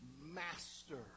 Master